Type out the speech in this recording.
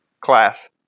class